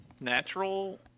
Natural